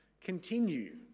continue